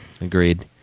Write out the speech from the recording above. Agreed